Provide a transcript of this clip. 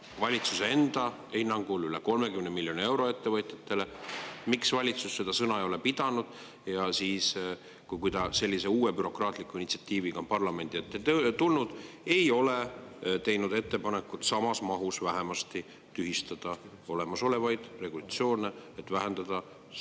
valitsuse enda hinnangul üle 30 miljoni euro ettevõtjatele. Miks valitsus seda sõna ei ole pidanud? Ja siis, kui ta sellise uue bürokraatliku initsiatiiviga on parlamendi ette tulnud, ei ole teinud ettepanekut samas mahus vähemasti tühistada olemasolevaid regulatsioone, et vähendada samas